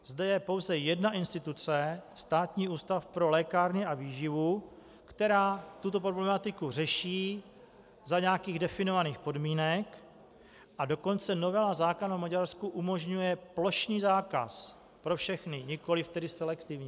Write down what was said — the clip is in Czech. Zde je pouze jedna instituce, Státní ústav pro lékárny a výživu, která tuto problematiku řeší za nějakých definovaných podmínek, a dokonce novela zákona v Maďarsku umožňuje plošný zákaz pro všechny, nikoliv tedy selektivní.